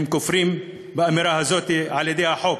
הם כופרים באמירה הזאת על-ידי החוק.